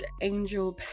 angel